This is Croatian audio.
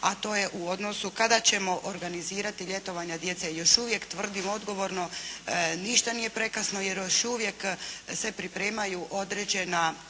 a to je u odnosu kada ćemo organizirati ljetovanja djece. Još uvijek tvrdim odgovorno, ništa nije prekasno, jer još uvijek se pripremaju određene